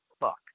fuck